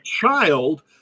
child